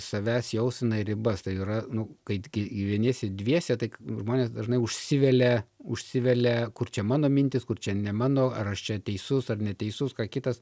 savęs jauseną ir ribas tai yra nu kai gyveniesi dviese taip žmonės dažnai užsivelia užsivelia kur čia mano mintys kur čia ne mano ar aš čia teisus ar neteisus ką kitas